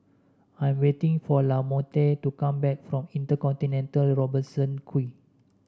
I am waiting for Lamonte to come back from Inter Continental Robertson Quay